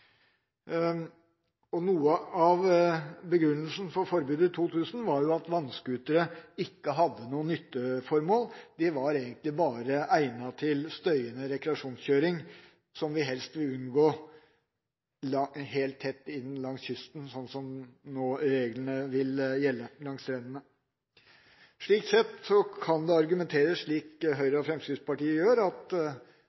nyttebruk. Noe av begrunnelsen for forbudet i 2000 var jo at vannscootere ikke hadde noe nytteformål. De var egentlig bare egnet til støyende rekreasjonskjøring som vi helst vil unngå helt tett inn langs kysten, langs strendene, slik reglene nå vil gjelde. Slik sett kan det argumenteres slik Høyre